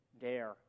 dare